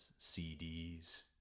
CDs